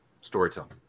Storytelling